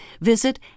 visit